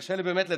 קשה לי לדבר,